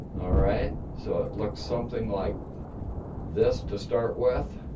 alright, so it looks something like this to start with.